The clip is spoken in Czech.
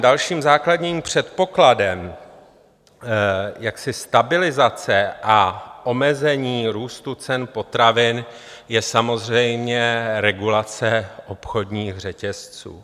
Dalším základním předpokladem stabilizace a omezení růstu cen potravin je samozřejmě regulace obchodních řetězců.